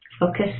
focus